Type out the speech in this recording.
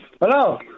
Hello